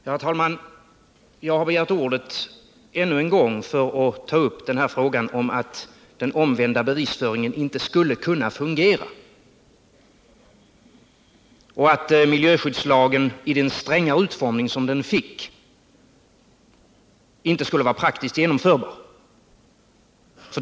Herr talman! Jag har begärt ordet ännu en gång för att ta upp frågan om att den omvända bevisföringen inte skulle kunna fungera och att miljöskyddslagen i den strängare utformning som den fick inte skulle vara praktiskt genomförbar.